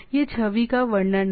यह छवि का वर्णन है